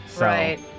Right